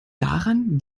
daran